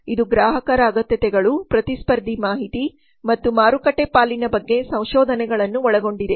ಇದು ಗ್ರಾಹಕರ ಅಗತ್ಯತೆಗಳು ಪ್ರತಿಸ್ಪರ್ಧಿ ಮಾಹಿತಿ ಮತ್ತು ಮಾರುಕಟ್ಟೆ ಪಾಲಿನ ಬಗ್ಗೆ ಸಂಶೋಧನೆಗಳನ್ನು ಒಳಗೊಂಡಿದೆ